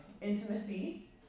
intimacy